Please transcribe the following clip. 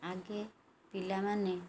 ଆଗେ ପିଲାମାନେ